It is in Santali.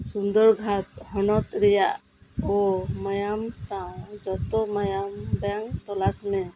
ᱥᱩᱱᱫᱚᱨᱜᱲᱨ ᱦᱚᱱᱚᱛ ᱨᱮᱭᱟᱜ ᱳᱼ ᱢᱟᱭᱟᱢ ᱥᱟᱶ ᱡᱚᱛᱚ ᱢᱟᱭᱟᱢ ᱵᱮᱝᱠ ᱛᱚᱞᱟᱥ ᱢᱮ